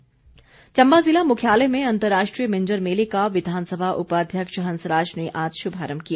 मिंजर मेला चम्बा ज़िला मुख्यालय में अंतर्राष्ट्रीय मिंजर मेले का विधानसभा उपाध्यक्ष हंसराज ने आज शुभारम्भ किया